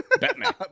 Batman